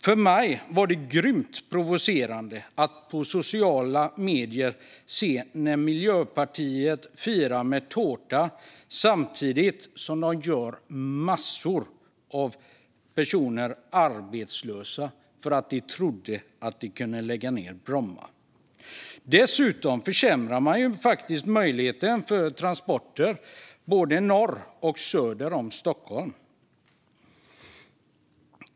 För mig var det grymt provocerande att på sociala medier se när Miljöpartiet firade med tårta - samtidigt som de gjorde massor av personer arbetslösa - för att de trodde att de kunde lägga ned Bromma. Dessutom försämrar man faktiskt möjligheten för transporter både norr och söder om Stockholm.